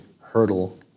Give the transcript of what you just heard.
hurdle